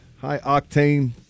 high-octane